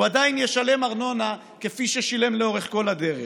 הוא עדיין ישלם ארנונה כפי ששילם לאורך כל הדרך,